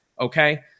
okay